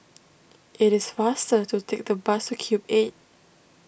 it is faster to take the bus to Cube eight